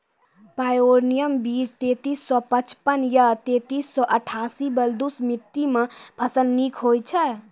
Pioneer बीज तेंतीस सौ पचपन या तेंतीस सौ अट्ठासी बलधुस मिट्टी मे फसल निक होई छै?